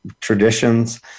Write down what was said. traditions